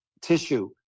tissue